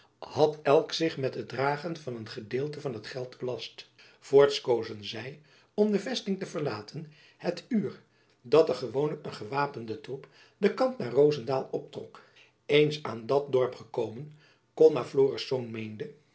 had elk zich met het dragen van een gedeelte van het geld belast voorts kozen zy om de vesting te verlaten het uur dat er gewoonlijk een gewapende troep den kant naar rozendaal optrok eens aan dat dorp gekomen kon naar florisz meende